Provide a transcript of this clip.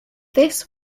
this